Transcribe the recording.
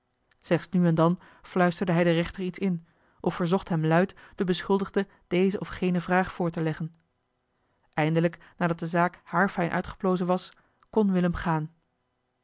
slechts nu en dan fluisterde hij den rechter iets in of verzocht hem luid den beschuldigde deze of gene vraag voor te leggen eindelijk nadat de zaak haarfijn uitgeplozen was kon willem gaan